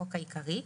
החוק העיקרי),